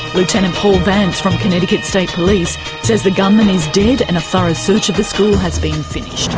lieutenant paul vance from connecticut state police says the gunman is dead and a thorough search of the school has been finished.